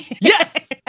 Yes